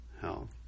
health